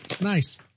Nice